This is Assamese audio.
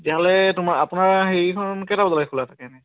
তেতিয়া হ'লে তোমাৰ আপোনাৰ হেৰিখন কেইটা বজালৈকে খোলা থাকে এনে